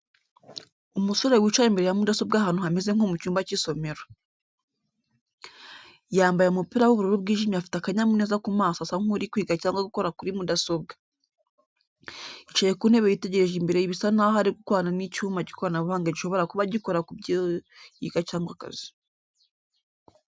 Umusore wicaye imbere ya mudasobwa ahantu hameze nko mu cyumba cy’isomero. Yambaye umupira w'ubururu bwijimye afite akanyamuneza ku maso asa nk’uri kwiga cyangwa gukora kuri mudasobwa. Yicaye ku ntebe yitegereje imbere bisa naho ari gukorana n’icyuma cy'ikoranabuhanga gishobora kuba gikora ku byo yiga cyangwa akazi.